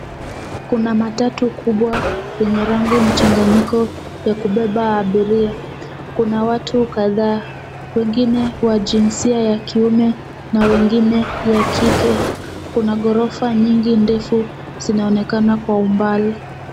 Kuna matatu kubwa enye rangi mchanganyiko ya kubeba abiria. Kuna watu kadhaa wengine wa jinsia ya kiume na wengine wa kike. kuna ghorofa nyingi ndefu zinaoenakana kwa umbali.